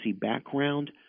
background